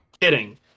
kidding